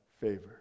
favor